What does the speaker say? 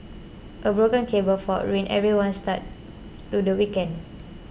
a broken cable fault ruined everyone's start to the weekend